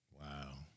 Wow